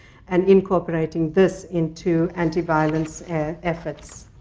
and incorporating this into antiviolence efforts.